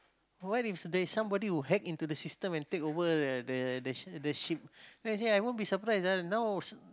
what if there's somebody who hack into the system and take over the the the the ship I say I won't be surprise ah now